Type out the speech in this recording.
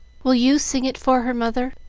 will you sing it for her, mother?